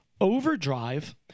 overdrive